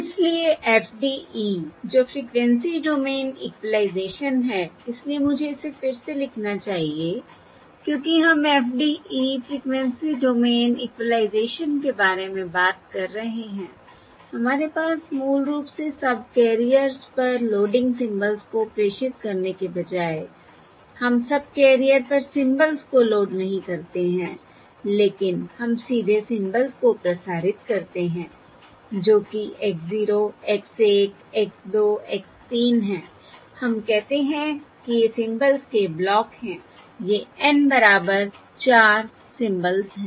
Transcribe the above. इसलिए FDE जो frequency domain equalization है इसलिए मुझे इसे फिर से लिखना चाहिए क्योंकि हम FDE फ़्रीक्वेंसी डोमेन इक्वलाइज़ेशन के बारे में बात कर रहे हैं हमारे पास मूल रूप से सबकैरियर्स पर लोडिंग सिंबल्स को प्रेषित करने के बजाय हम सबकेरियर पर सिंबल्स को लोड नहीं करते हैं लेकिन हम सीधे सिंबल्स को प्रसारित करते हैं जो कि x 0 x 1 x 2 x 3 हैं हम कहते हैं कि ये सिंबल्स के ब्लॉक हैं ये N बराबर 4 सिंबल्स हैं